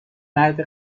مرد